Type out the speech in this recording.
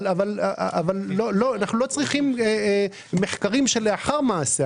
אבל אנחנו לא צריכים מחקרים לאחר מעשה,